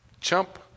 chump